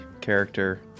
character